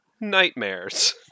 nightmares